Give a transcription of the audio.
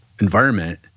environment